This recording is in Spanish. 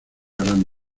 gran